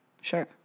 Sure